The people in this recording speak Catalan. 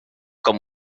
com